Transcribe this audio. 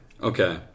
Okay